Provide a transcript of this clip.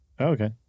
Okay